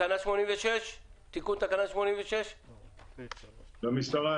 המקצועית כאמור בתקנה זו תפורסם באתר האינטרנט של המשרד.